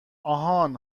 آهان